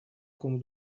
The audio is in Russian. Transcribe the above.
ком